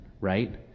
right